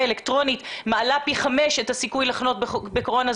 אלקטרונית מעלה פי חמש את הסיכוי לחלות בקורונה.